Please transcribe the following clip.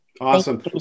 Awesome